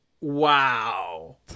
wow